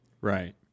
right